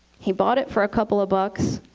he bought it for a couple of bucks,